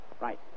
Right